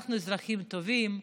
אנחנו אזרחים טובים,